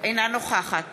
אינה נוכחת